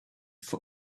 for